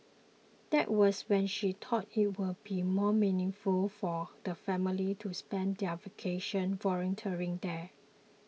that was when she thought it would be more meaningful for the family to spend their vacation volunteering there